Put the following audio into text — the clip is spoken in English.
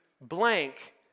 blank